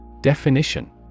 Definition